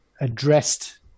addressed